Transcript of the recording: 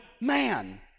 man